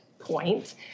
point